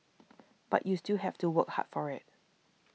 but you still have to work hard for it